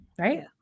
Right